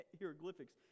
hieroglyphics